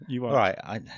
Right